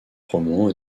romans